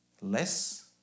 less